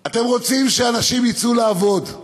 אתם רוצים שאנשים יצאו לעבוד,